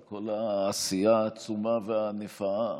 על כל העשייה העצומה והענפה,